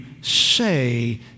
say